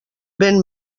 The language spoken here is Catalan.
vent